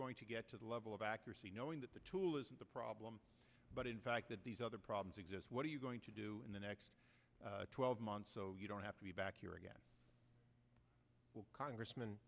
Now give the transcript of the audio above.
going to get to the level of accuracy knowing that the tool isn't the problem but in fact that these other problems exist what are you going to do in the next twelve months so you don't have to be back here again congressm